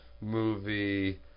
movie